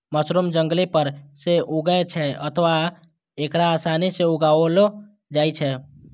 mushroom जंगली रूप सं उगै छै अथवा एकरा आसानी सं उगाएलो जाइ छै